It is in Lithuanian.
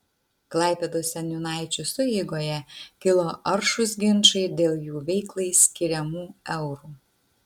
klaipėdos seniūnaičių sueigoje kilo aršūs ginčai dėl jų veiklai skiriamų eurų